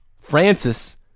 Francis